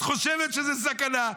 את חושבת שזו סכנה,